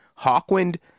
Hawkwind